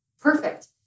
perfect